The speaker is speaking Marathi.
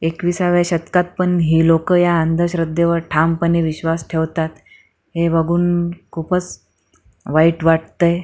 एकविसाव्या शतकात पण ही लोक या अंधश्रद्धेवर ठामपणे विश्वास ठेवतात हे बघून खूपच वाईट वाटतं आहे